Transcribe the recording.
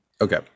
Okay